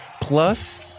plus